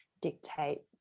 dictate